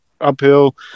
uphill